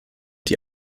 die